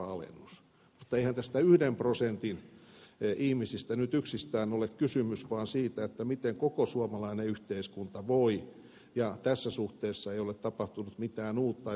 mutta eihän tästä yhdestä prosentista ihmisiä nyt yksistään ole kysymys vaan siitä miten koko suomalainen yhteiskunta voi ja tässä suhteessa ei ole tapahtunut mitään uutta